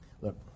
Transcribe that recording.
Look